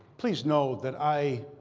please know that i